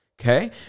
okay